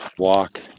Walk